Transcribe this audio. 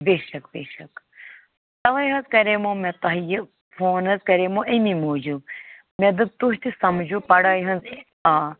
بے شک بے شک تَوے حظ کَرے مو مےٚ تۄہہِ یہِ فون حظ کَرے مو أمی موٗجوٗب مےٚ دوٚپ تُہۍ تہِ سَمجھو پَڑٲے ہٕنٛز